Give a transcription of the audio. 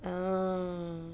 ah